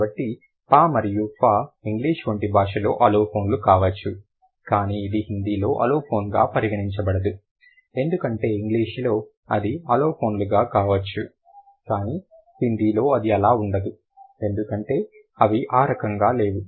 కాబట్టి pa మరియు pha English వంటి భాషలో అలోఫోన్లు కావచ్చు కానీ ఇది హిందీలో అలోఫోన్గా పరిగణించబడదు ఎందుకంటే ఇంగ్లీషులో అది అలోఫోన్లు కావచ్చు కానీ హిందీలో అది అలా ఉండదు ఎందుకంటే అవి ఆ రకంగా లేవు